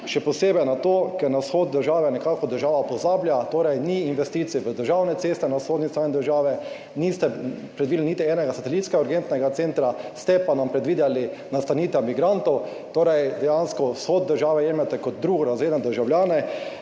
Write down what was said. Še posebej zato, ker na vzhod države država nekako pozablja, torej ni investicij v državne ceste, na vzhodni strani države niste predvideli niti enega satelitskega urgentnega centra, ste nam pa predvideli nastanitev migrantov. Torej dejansko vzhod države jemljete kot drugorazredne državljane.